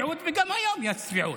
וזה עבר.